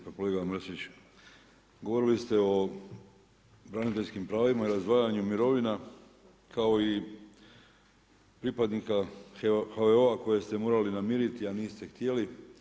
Pa kolega Mrsić, govorili ste o braniteljskim pravima, razdvajanju mirovina kao i pripadnika HVO-a koje ste morali namiriti a niste htjeli.